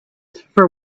for